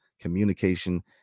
communication